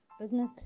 business